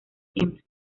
siempre